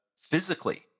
physically